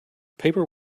paper